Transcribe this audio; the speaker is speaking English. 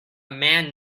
man